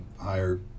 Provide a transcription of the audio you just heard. higher